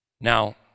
Now